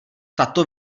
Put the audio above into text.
tato